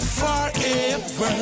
forever